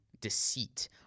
deceit